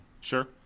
Sure